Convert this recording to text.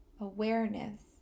awareness